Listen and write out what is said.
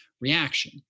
reaction